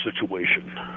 situation